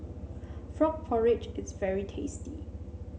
Frog Porridge is very tasty